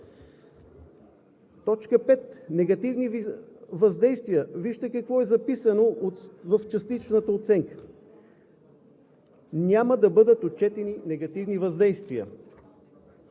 точка 5 – „Негативни въздействия“, вижте какво е записано в частичната оценка: „Няма да бъдат отчетени негативни въздействия“.